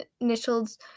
initials